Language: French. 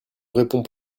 répond